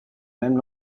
même